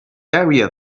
area